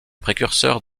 précurseurs